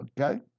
okay